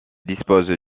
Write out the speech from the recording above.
dispose